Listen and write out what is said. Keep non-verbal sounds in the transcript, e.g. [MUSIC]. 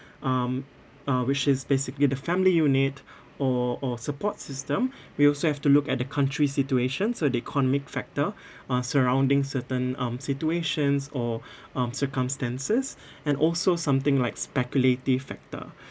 um uh which is basically the family unit [BREATH] or or support system [BREATH] we also have to look at the country's situations or the economic factor [BREATH] uh surrounding certain um situations or [BREATH] um circumstances [BREATH] and also something like speculative factor